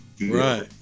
Right